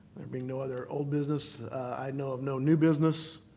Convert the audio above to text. there being no other old business, i know of no new business.